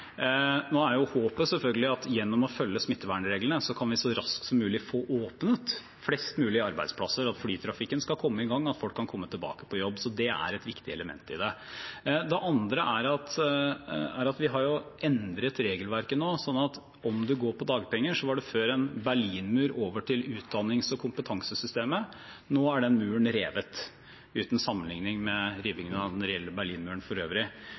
Nå er håpet selvfølgelig at gjennom å følge smittevernreglene kan vi så raskt som mulig få åpnet flest mulige arbeidsplasser, at flytrafikken skal komme i gang, og at folk kan komme tilbake på jobb. Det er et viktig element i det. Det andre er at vi har endret regelverket nå. Om man gikk på dagpenger, var det før en berlinmur over til utdannings- og kompetansesystemet. Nå er den muren revet – uten sammenligning med rivningen av den reelle Berlinmuren for øvrig.